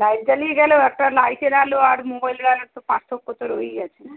light জ্বালিয়ে গেলেও একটা লাইটের আলো আর মোবাইলের আলোর তো পার্থক্য তো রয়েই আছে না